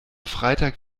freitag